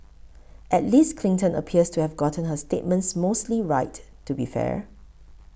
at least Clinton appears to have gotten her statements mostly right to be fair